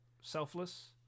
selfless